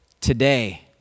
today